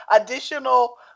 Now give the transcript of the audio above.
additional